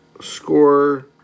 score